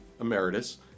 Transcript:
Emeritus